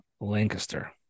Lancaster